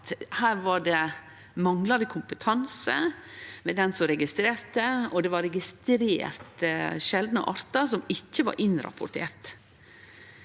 her var det manglande kompetanse hos den som registrerte, og det var registrert sjeldne artar som ikkje var innrapporterte.